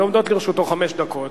ועומדות לרשותו חמש דקות.